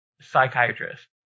psychiatrist